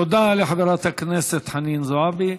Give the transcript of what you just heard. תודה לחברת הכנסת חנין זועבי.